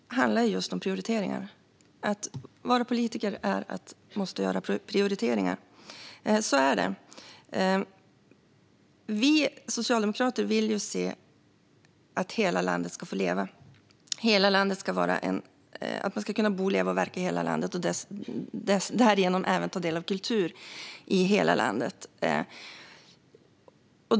Fru talman! Politik handlar just om prioriteringar. Att vara politiker innebär att vi måste göra prioriteringar. Så är det. Vi socialdemokrater vill se att hela landet ska få leva. Man ska kunna bo, leva och verka i hela landet och därigenom även kunna ta del av kultur i hela landet.